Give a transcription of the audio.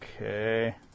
Okay